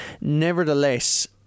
nevertheless